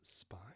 spy